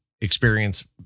experience